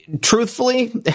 truthfully